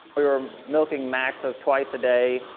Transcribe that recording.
we were milking max of twice a day.